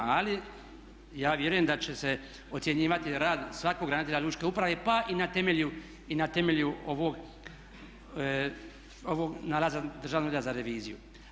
Ali ja vjerujem da će se ocjenjivati rad svakog ravnatelja lučke uprave pa i na temelju ovog, na rad Državnog ureda za reviziju.